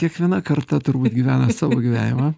kiekviena karta turbūt gyvena savo gyvenimą